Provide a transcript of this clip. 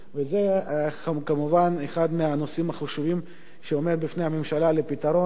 וזה כמובן אחד מהנושאים החשובים שעומד בפני הממשלה לפתרון.